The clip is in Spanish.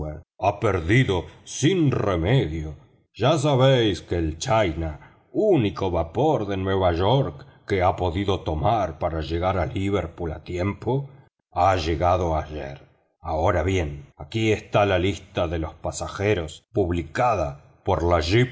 ha perdido sin remedio ya sabéis que el china único vapor de nueva york que ha podido tomar para llegar a liverpool a tiempo ha llegado ayer ahora bien aquí está la lista de los pasajeros publicada por la